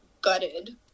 gutted